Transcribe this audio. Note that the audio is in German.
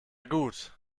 gut